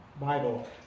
Bible